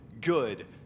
good